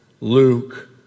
Luke